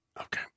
Okay